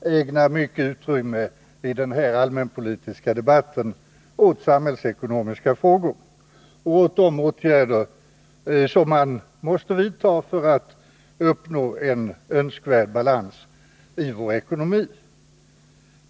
under denna allmänpolitiska debatt ägnar stort utrymme åt samhällsekonomiska frågor och åt de åtgärder som måste vidtas för att uppnå en önskvärd balans i ekonomin.